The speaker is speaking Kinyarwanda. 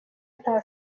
nta